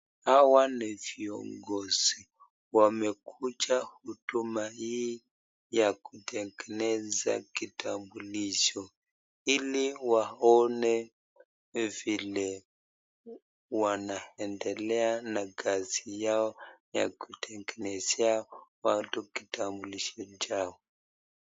Hawa ni viongozi, wamekuja huduma hii ya kutengeneza vitambulisho ili waone vile wanaendelea na kazi ya kutengenezea watu kitambulisho chao.